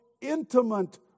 intimate